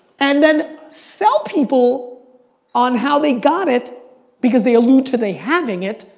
and then sell people on how they got it because they allude to they having it,